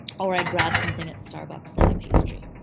or i grab something at starbucks like a pastry.